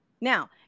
now